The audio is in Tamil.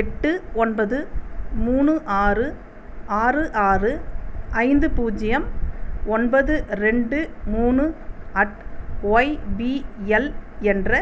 எட்டு ஒன்பது மூணு ஆறு ஆறு ஆறு ஐந்து பூஜ்ஜியம் ஒன்பது ரெண்டு மூணு அட் ஒய்பிஎல் என்ற